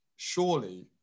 Surely